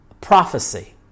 prophecy